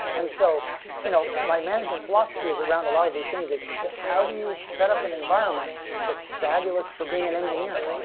and so you know my management philosophy is around a lot of these things, it's how do you set up an environment that's fabulous for being an engineer?